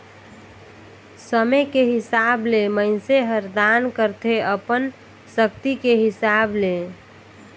समे के हिसाब ले मइनसे हर दान करथे अपन सक्ति के हिसाब ले